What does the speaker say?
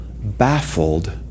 baffled